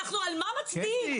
על מה אנחנו מצביעים?